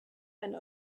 eine